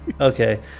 Okay